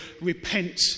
Repent